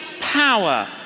power